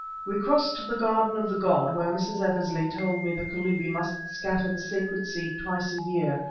we crossed the garden of the god, where mrs. eversley told me the kalubi must scatter the sacred seed twice a year,